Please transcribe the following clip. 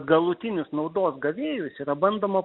galutinius naudos gavėjus yra bandoma